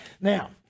Now